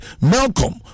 Malcolm